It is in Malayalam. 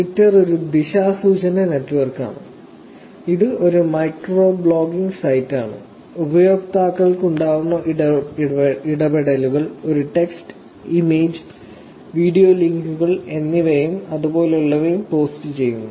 ട്വിറ്റർ ഒരു ദിശാസൂചന നെറ്റ്വർക്കാണ് ഇത് ഒരു മൈക്രോ ബ്ലോഗിംഗ് സൈറ്റാണ് ഉപയോക്താക്കൾക്ക് ഉണ്ടാകാവുന്ന ഇടപെടലുകൾ ഒരു ടെക്സ്റ്റ് ഇമേജ് വീഡിയോ ലിങ്കുകൾ എന്നിവയും അതുപോലുള്ളവയും പോസ്റ്റുചെയ്യുന്നു